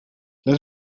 let